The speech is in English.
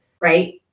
Right